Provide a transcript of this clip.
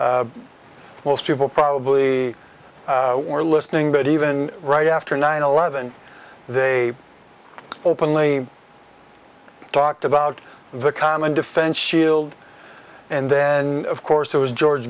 aisles most people probably were listening but even right after nine eleven they openly talked about the common defense shield and then of course it was george